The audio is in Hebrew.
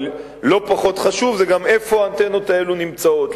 אבל לא פחות חשוב זה גם איפה האנטנות האלה נמצאות.